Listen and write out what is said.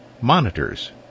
monitors